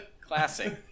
Classic